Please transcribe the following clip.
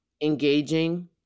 engaging